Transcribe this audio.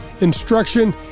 instruction